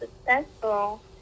successful